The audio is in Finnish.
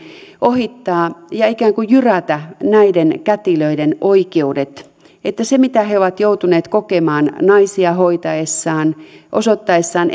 ohittaa ja jyrätä näiden kätilöiden oikeudet että huolimatta siitä mitä he ovat joutuneet kokemaan naisia hoitaessaan osoittaessaan